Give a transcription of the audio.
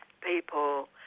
people